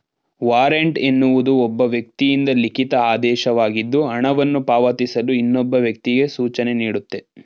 warrant ಎನ್ನುವುದು ಒಬ್ಬ ವ್ಯಕ್ತಿಯಿಂದ ಲಿಖಿತ ಆದೇಶವಾಗಿದ್ದು ಹಣವನ್ನು ಪಾವತಿಸಲು ಇನ್ನೊಬ್ಬ ವ್ಯಕ್ತಿಗೆ ಸೂಚನೆನೀಡುತ್ತೆ